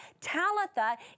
Talitha